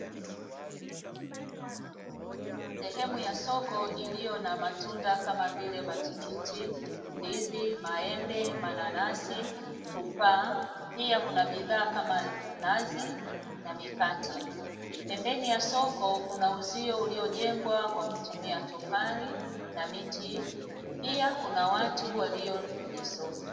Sehemu ya soko iliyo na matunda kama vile matikiti, ndizi, maembe, mananasi, tufaha, pia kuna bidhaa kama nazi na mikate. Pembeni ya soko kuna uzio uliojengwa kwa kutumia tofali na miti, pia kuna watu walio kwenye soko.